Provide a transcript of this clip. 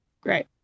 Great